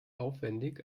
aufwendig